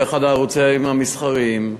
באחד הערוצים המסחריים.